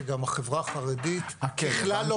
שגם החברה החרדית בכלל לא משתתפת.